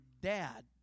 dad